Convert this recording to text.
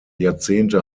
jahrzehnte